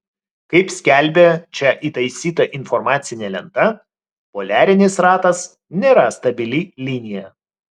kaip skelbia čia įtaisyta informacinė lenta poliarinis ratas nėra stabili linija